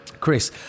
Chris